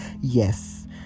Yes